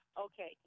Okay